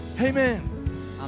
Amen